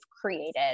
created